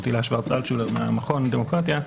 תהילה שוורץ-אלטשולר מהמכון לדמוקרטיה.